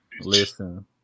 listen